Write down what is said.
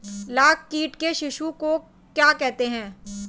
लाख कीट के शिशु को क्या कहते हैं?